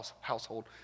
household